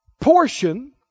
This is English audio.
portion